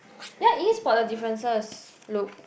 ya it is spot the differences look